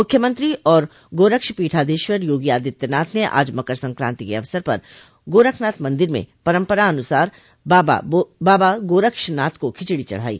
मुख्यमंत्री और गोरक्षपीठाधीश्वर योगी आदित्यनाथ ने आज मकर संक्रांति के अवसर पर गोरखनाथ मंदिर में परम्परानुसार बाबा गोरक्षनाथ को खिचड़ी चढ़ाई